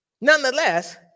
Nonetheless